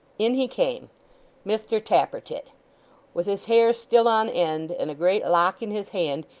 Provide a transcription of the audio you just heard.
in he came mr tappertit with his hair still on end, and a great lock in his hand,